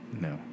no